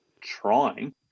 trying